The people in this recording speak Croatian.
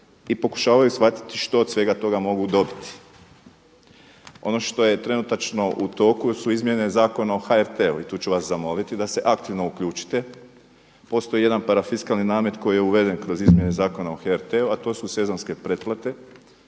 i pokušavaju shvatiti što od svega toga mogu dobiti. Ono što je trenutačno u toku su izmjene Zakona o HRT-u i tu ću vas zamoliti da se aktivno uključite. Postoji jedan parafiskalni namet koji je uveden kroz izmjene Zakona o HRT-u a to su sezonske pretplate